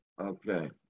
Okay